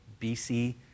BC